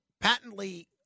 patently